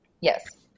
Yes